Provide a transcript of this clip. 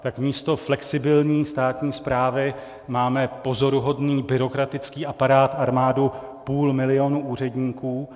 Tak místo flexibilní státní správy máme pozoruhodný byrokratický aparát, armádu půl milionu úředníků.